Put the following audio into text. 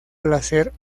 placer